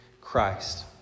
Christ